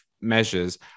measures